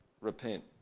repent